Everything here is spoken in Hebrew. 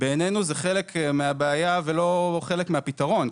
בעינינו זה חלק מהבעיה ולא חלק מהפתרון,